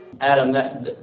Adam